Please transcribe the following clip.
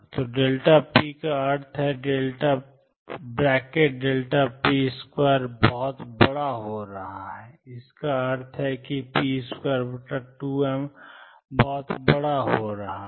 तो p का अर्थ है कि ⟨p2⟩ बहुत बड़ा हो रहा है और इसका अर्थ है कि p22m बहुत बड़ा हो रहा है